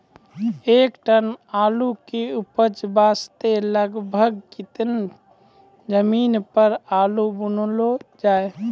एक टन आलू के उपज वास्ते लगभग केतना जमीन पर आलू बुनलो जाय?